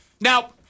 Now